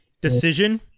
decision